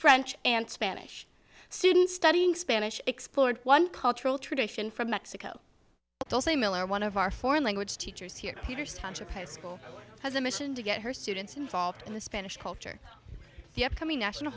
french and spanish students studying spanish explored one cultural tradition from mexico but also miller one of our foreign language teachers here peters township a school has a mission to get her students involved in the spanish culture the upcoming national